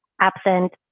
absent